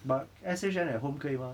but S_H_N at home 可以吗